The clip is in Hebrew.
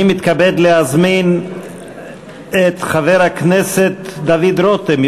אני מתכבד להזמין את חבר הכנסת דוד רותם,